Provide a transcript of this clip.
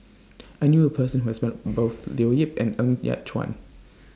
I knew A Person Who has Met Both Leo Yip and Ng Yat Chuan